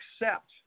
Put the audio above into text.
accept